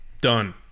done